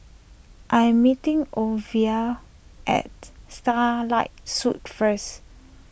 I am meeting Orvil at Starlight Suites first